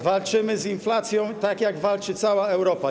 Walczymy z inflacją tak, jak walczy cała Europa.